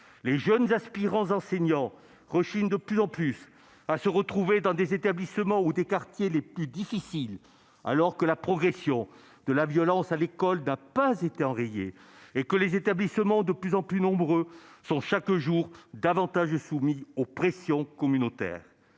Les jeunes aspirants enseignants rechignent de plus en plus à se retrouver dans les établissements et les quartiers les plus difficiles, alors que la progression de la violence à l'école n'a pas été enrayée et que des établissements de plus en plus nombreux sont chaque jour davantage soumis aux pressions communautaires.